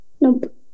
Nope